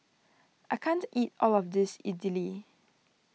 I can't eat all of this Idili